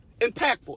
impactful